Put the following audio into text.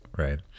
Right